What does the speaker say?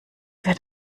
wird